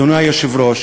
אדוני היושב-ראש,